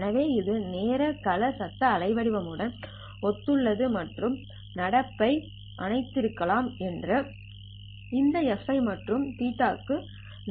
எனவே இது நேர கள சத்தம் அலைவடிவம் உடன் ஒத்து உள்ளது மற்றும் நடப்பவை அனைத்திருக்கும்மான இந்த fi மற்றும் θi க்கு நன்றி